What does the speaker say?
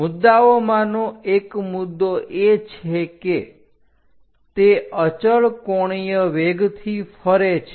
મુદ્દાઓમાંનો એક મુદ્દો એ છે કે તે અચળ કોણીય વેગથી ફરે છે